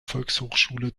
volkshochschule